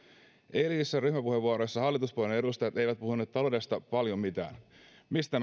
eilisissä ryhmäpuheenvuoroissa hallituspuolueiden edustajat eivät puhuneet taloudesta paljon mitään mistä